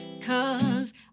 Cause